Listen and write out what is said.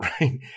right